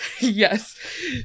Yes